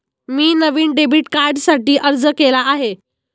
मी नवीन डेबिट कार्डसाठी अर्ज केला आहे